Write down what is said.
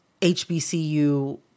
HBCU